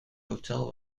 hotel